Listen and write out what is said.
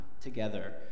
together